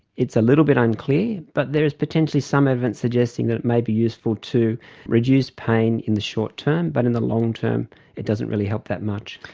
it's a little bit unclear, but there is potentially some evidence suggesting that it may be useful to reduce pain in the short term, but in the long term it doesn't really help that much.